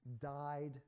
died